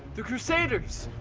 the crusaders,